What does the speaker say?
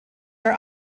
are